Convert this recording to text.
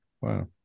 Wow